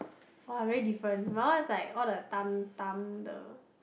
!wah! very different my one is like all the Tam Tam the